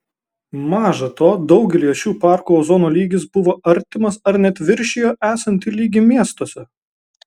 maža to daugelyje šių parkų ozono lygis buvo artimas ar net viršijo esantį lygį miestuose